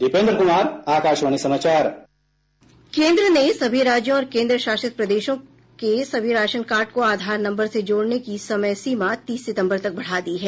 दीपेन्द्र कुमार आकाशवाणी समाचार केंद्र ने सभी राज्यों और केंद्र शासित प्रदेशों के सभी राशनकार्ड को आधार नम्बर से जोड़ने की समय सीमा तीस सितम्बर तक बढ़ा दी है